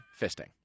fisting